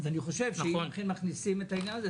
אני חושב שאם אתם מכניסים את העניין הזה,